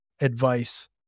advice